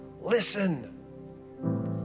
Listen